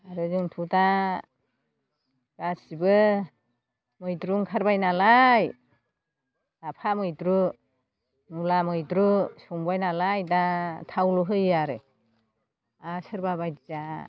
आरो जोंथ' दा गासिबो मैद्रु ओंखारबाय नालाय लाफा मैद्रु मुला मैद्रु संबाय नालाय दा थावल' होयो आरो आरो सोरबा बायदिया